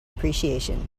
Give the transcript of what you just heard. appreciation